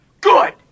Good